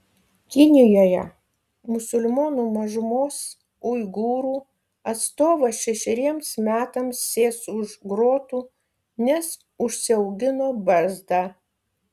kinijoje musulmonų mažumos uigūrų atstovas šešeriems metams sės už grotų nes užsiaugino barzdą